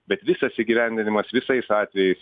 bet visas įgyvendinimas visais atvejais